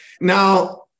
now